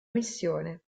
missione